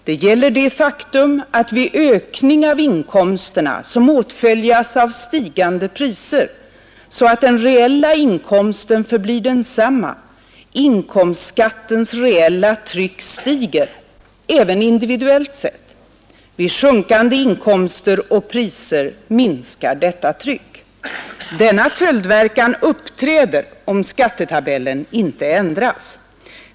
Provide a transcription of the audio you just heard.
Det gäller det faktum att vid ökning av inkomsterna som åtföljs av stigande priser — så att den reella inkomsten förblir densamma — inkomstskattens reella tryck stiger, även individuellt sett; vid sjunkande inkomster och priser minskar detta tryck. Denna följdverkan uppträder om skattetabellen inte ändras.